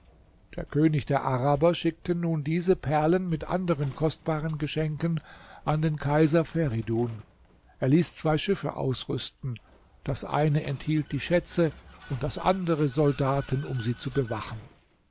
der könig der araber schickte nun diese perlen mit anderen kostbaren geschenken an den kaiser feridun er ließ zwei schiffe ausrüsten das eine enthielt die schätze und das andere soldaten um sie zu bewachen